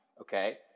Okay